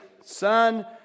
son